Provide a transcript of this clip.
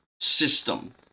system